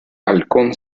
halcón